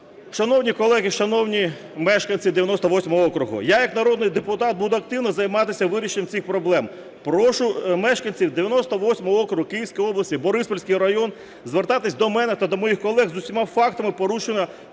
Шановні колеги! Шановні мешканці 98-го округу! Я як народний депутат буду активно займатися вирішенням цих проблем. Прошу мешканців 98-го округу Київської області (Бориспільський район) звертатися до мене та до моїх колег з усіма фактами порушення